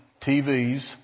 TVs